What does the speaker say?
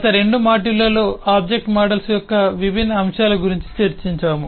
గత రెండు మాడ్యూళ్ళలో ఆబ్జెక్ట్ మోడల్స్ యొక్క విభిన్న అంశాల గురించి చర్చించాము